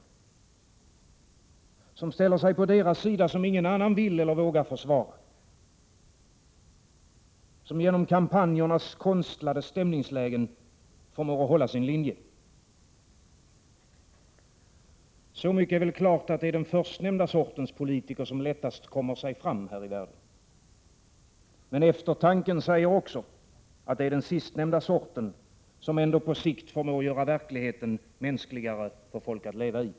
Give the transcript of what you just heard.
Den som ställer sig på deras sida, som ingen annan vill eller vågar försvara? Den som genom kampanjernas konstlade stämningslägen håller sin linje? Så mycket är klart att det är den förstnämnda sortens politiker som lättast kommer sig fram här i världen. Men eftertanken säger också att det är den sistnämnda sorten som på sikt förmår göra verkligheten mänskligare för folk att leva i.